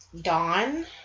Dawn